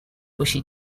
bushy